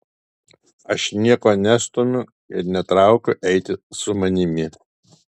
aš nieko nestumiu ir netraukiu eiti su manimi